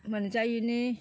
मोनजायिनि